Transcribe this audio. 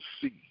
see